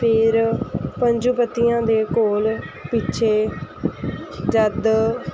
ਫਿਰ ਪੰਜਪੱਤੀਆਂ ਦੇ ਕੋਲ ਪਿੱਛੇ ਜਦ